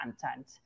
content